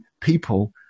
people